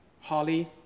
Holly